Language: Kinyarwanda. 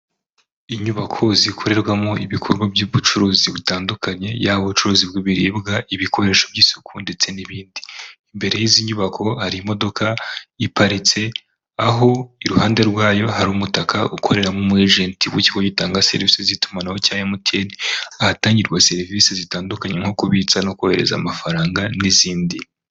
Inyubako zikorerwamo ibikorwa by'ubucuruzi butandukanye, yaba ubucuruzi bw'ibiribwa, ibikoresho by'isuku ndetse n'ibindi. Imbere y'izi nyubako hari imodoka iparitse, aho iruhande rwayo hari umutaka ukoreramo umuyejenti w'ikigo gitanga serivisi z'itumanaho cya MTN, ahatangirwa serivisi zitandukanye nko kubitsa no kohereza amafaranga, n'izindi.